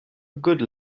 good